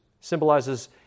symbolizes